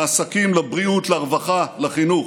לעסקים, לבריאות, לרווחה, לחינוך.